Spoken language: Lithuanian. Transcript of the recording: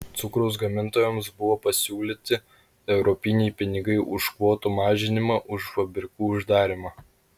cukraus gamintojams buvo pasiūlyti europiniai pinigai už kvotų mažinimą už fabrikų uždarymą